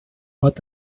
but